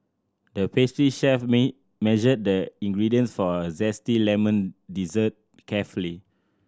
the pastry chef measured the ingredients for a zesty lemon dessert carefully